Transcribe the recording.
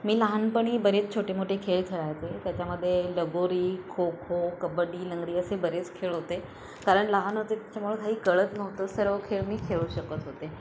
मी लहानपणी बरेच छोटे मोठे खेळ खेळायचे त्याच्यामध्ये लगोरी खो खो कबड्डी लंगडी असे बरेच खेळ होते कारण लहान होते त्याच्यामुळं काही कळत नव्हतं सर्व खेळ मी खेळू शकत होते